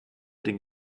den